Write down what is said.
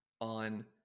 on